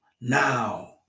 now